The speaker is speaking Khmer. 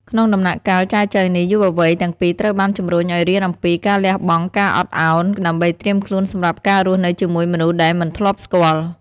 ក្នុងដំណាក់កាលចែចូវនេះ យុវវ័យទាំងពីរត្រូវបានជំរុញឱ្យរៀនអំពី "ការលះបង់ និងការអត់ឱន" ដើម្បីត្រៀមខ្លួនសម្រាប់ការរស់នៅជាមួយមនុស្សដែលមិនធ្លាប់ស្គាល់។